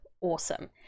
awesome